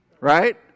right